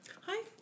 Hi